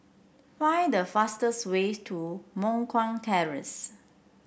find the fastest way to Moh Guan Terrace